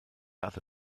other